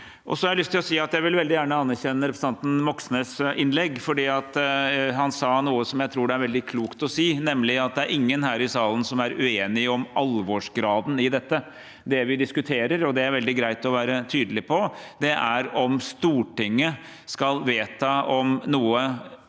jeg veldig gjerne vil anerkjenne representanten Moxnes’ innlegg, for han sa noe jeg tror det er veldig klokt å si, nemlig at ingen her i salen er uenige om alvorsgraden i dette. Det vi diskuterer, og det er veldig greit å være tydelig på det, er om Stortinget skal vedta om noe